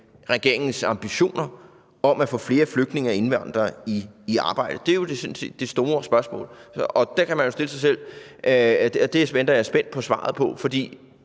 regeringens ambitioner om at få flere flygtninge og indvandrere i arbejde? Det er jo sådan set det store spørgsmål, som man kan stille sig selv, og det venter jeg spændt på svaret på. For